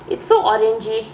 it's so orangy